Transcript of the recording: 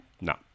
No